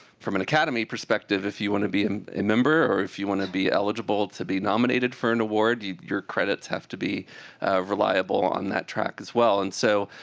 from an academy perspective, if you want to be a member, or if you want to be eligible to be nominated for an award, your credits have to be reliable on that track as well. and so,